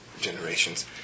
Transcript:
generations